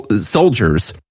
soldiers